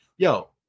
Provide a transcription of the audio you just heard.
Yo